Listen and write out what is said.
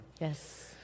Yes